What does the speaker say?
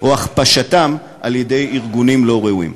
או הכפשתם על-ידי ארגונים לא ראויים.